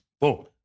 Boom